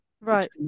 Right